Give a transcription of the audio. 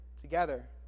together